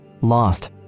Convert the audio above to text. Lost